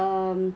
um